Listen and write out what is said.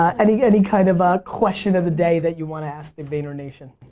ah any any kind of ah question of the day that you want to ask the vayner nation?